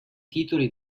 titoli